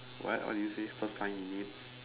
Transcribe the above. what what did you say first time you need